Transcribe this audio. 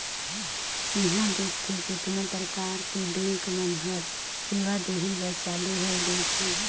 इहां देखथे केतनो परकार के बेंक मन हर सेवा देहे बर चालु होय गइसे